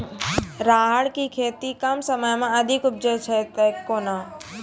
राहर की खेती कम समय मे अधिक उपजे तय केना?